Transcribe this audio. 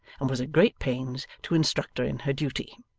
and was at great pains to instruct her in her duty.